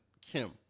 Kim